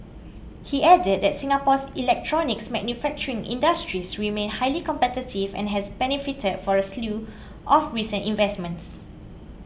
he added that Singapore's electronics manufacturing industry remained highly competitive and has benefited from a slew of recent investments